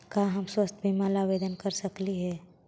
का हम स्वास्थ्य बीमा ला आवेदन कर सकली हे?